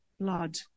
blood